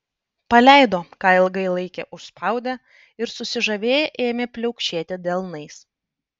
paleido ką ilgai laikė užspaudę ir susižavėję ėmė pliaukšėti delnais